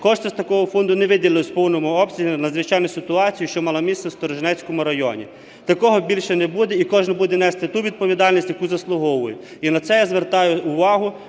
кошти з такого фонду не виділились у повному обсязі в надзвичайній ситуації, що мала місце в Сторожинецькому районі. Такого більше не буде, і кожен буде нести ту відповідальність, яку заслуговує. І на це я звертаю увагу